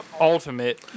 Ultimate